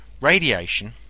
radiation